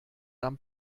dann